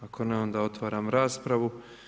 Ako ne onda otvaram raspravu.